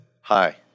Hi